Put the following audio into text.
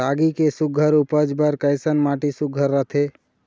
रागी के सुघ्घर उपज बर कैसन माटी सुघ्घर रथे?